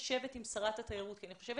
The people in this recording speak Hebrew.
לשבת עם שרת התיירות כי אני חושבת